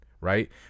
right